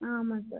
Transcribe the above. ஆமாம்ங்க சார்